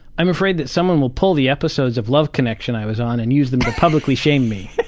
i'm afraid that someone will pull the episodes of love connection i was on and use them to publicly shame me.